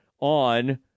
on